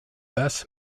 best